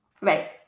right